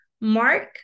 Mark